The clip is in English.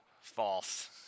False